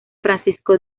francisco